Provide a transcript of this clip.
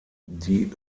die